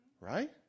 Right